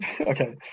Okay